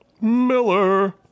Miller